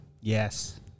Yes